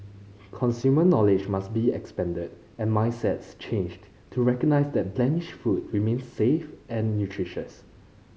consumer knowledge must be expanded and mindsets changed to recognise that blemished food remains safe and nutritious